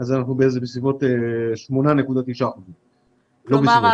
אנחנו בסביבות 8.9%. כלומר,